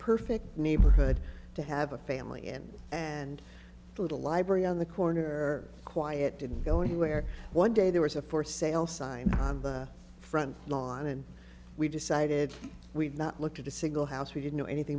perfect neighborhood to have a family in and a little library on the corner quiet didn't go anywhere one day there was a for sale sign on the front lawn and we decided we've not looked at a single house we didn't know anything